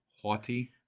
Haughty